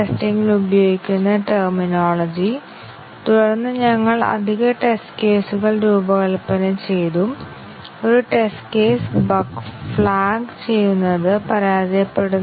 അതിനാൽ ഈ കോഡ് വികസനവുമായി ബന്ധമില്ലാത്ത ഒരു സ്വതന്ത്ര വ്യക്തി അവനു കൊടുക്കുകയും കോഡ് മനസ്സിലാക്കാൻ ആവശ്യപ്പെടുകയും ചെയ്താൽ ഈ കോഡ് മനസ്സിലാക്കാൻ നിങ്ങൾ ചെയ്യേണ്ട ശ്രമം സൈക്ലോമാറ്റിക് സങ്കീർണ്ണതയുമായി ബന്ധപ്പെട്ടിരിക്കുന്നു